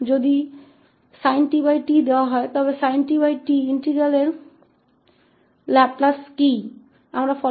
तो यदि sin𝑡 दिया जाता है तो इसके समाकलन का लाप्लास क्या है sin tt